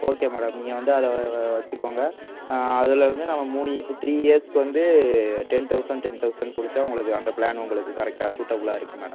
okay madam நீங்கள் வந்து அதை வச்சுக்கோங்கள் அதில் வந்து நம்ம மூணு த்ரீ இயர்ஸ்க்கு வந்து டென் தௌசண்ட் டென் தௌசண்ட் கொடுத்தா உங்களுக்கு அந்த ப்ளான் உங்களுக்கு கரெக்டாக சூட்டபிளாக இருக்கும் மேடம்